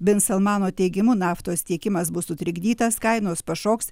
bin salmano teigimu naftos tiekimas bus sutrikdytas kainos pašoks